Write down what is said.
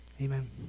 amen